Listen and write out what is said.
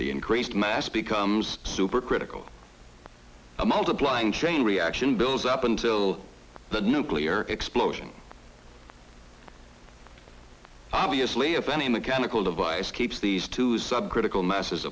the increased mass becomes supercritical a multiplying chain reaction builds up until the nuclear explosion obviously if any mechanical device keeps these two subcritical masses